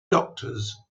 doctors